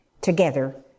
together